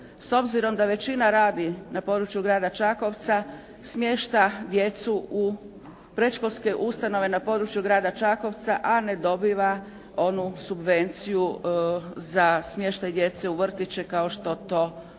s obzirom da većina radi na području Grada Čakovca, smješta djecu u predškolske ustanove na području Grada Čakovca, a ne dobiva onu subvenciju za smještaj djece u vrtiće kao što to